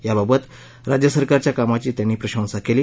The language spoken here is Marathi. याबाबत राज्यसरकारच्या कामाची त्यांनी प्रशंसा केली